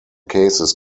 cases